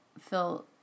feel